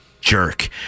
jerk